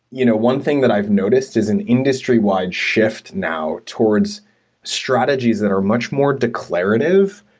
you know one thing that i've noticed is an industry wide shift now towards strategies that are much more declarative,